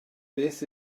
beth